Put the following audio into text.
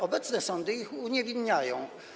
Obecne sądy ich uniewinniają.